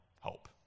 hope